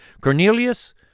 Cornelius